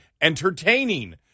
entertaining